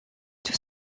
tout